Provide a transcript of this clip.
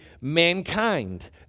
mankind